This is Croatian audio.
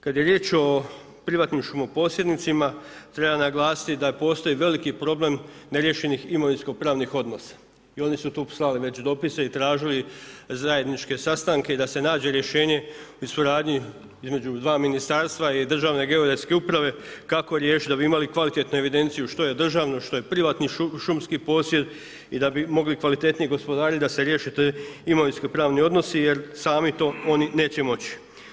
Kada je riječ o privatnim šumo posjednicima, treba naglasiti da postoji veliki problem neriješenih imovinskopravnih odnosa i oni su tu već slali dopise i tražili zajedničke sastanke i da se nađe rješenje u suradnji između dva ministarstva i Državne geodetske uprave kako riješiti da bi imali kvalitetnu evidenciju što je državno, što je privatni šumski posjed i da bi mogli kvalitetnije gospodariti da se riješe ti imovinskopravni odnosi jer sami to oni neće moći.